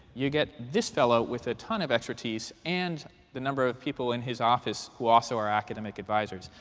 you get this fellow with a ton of expertise and the number of people in his office who also are academic advisors.